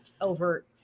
over